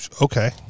okay